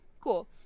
cool